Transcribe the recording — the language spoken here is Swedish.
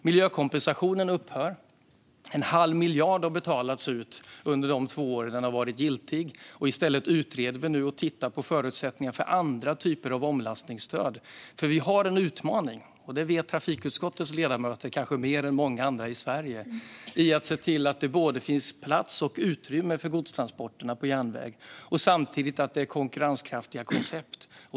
Miljökompensationen upphör. En halv miljard har betalats ut under de två år den varit giltig. I stället utreder vi nu och tittar på förutsättningar för andra typer av omlastningsstöd. Vi har en utmaning, och det vet trafikutskottets ledamöter kanske bättre än många andra i Sverige, i att se till att det finns plats och utrymme för godstransporter på järnväg och samtidigt finns konkurrenskraftiga koncept.